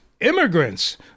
immigrants